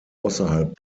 außerhalb